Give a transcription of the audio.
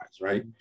right